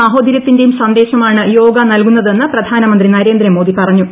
സാഹോദര്യത്തിന്റെയും സന്ദേശമാണ് യോഗ നൽകുന്നതെന്ന് പ്രധാനമന്ത്രി നരേന്ദ്ര മോദി പറഞ്ഞു